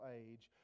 age